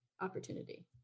opportunity